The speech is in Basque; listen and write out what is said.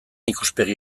ikuspegi